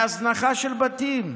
מהזנחה של בתים.